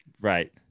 right